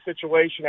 situation